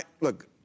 look